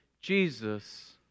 Jesus